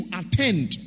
attend